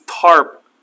tarp